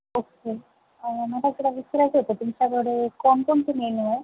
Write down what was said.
okay मला किंवा विचारायचं होतं तुमच्याकडे कोणकोणते मेनू आहे